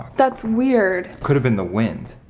that's weird. could have been the wind.